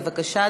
בבקשה,